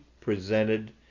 presented